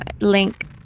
link